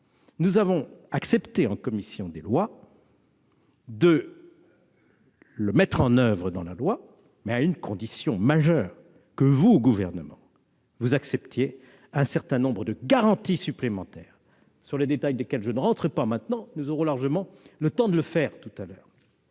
nous avons accepté en commission des lois de le mettre en place, mais à une condition majeure : le Gouvernement doit accepter un certain nombre de garanties supplémentaires, sur le détail desquelles je ne m'attarde pas maintenant, car nous aurons largement le temps de le faire tout à l'heure.